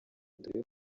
dore